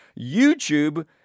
YouTube